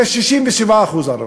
יש 67% ערבים.